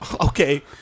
Okay